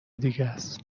دیگس